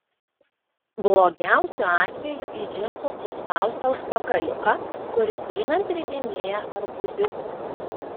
blogiausiu atveju į džinsų suspaustą užpakaliuką kuris einant ridinėja arbūziukus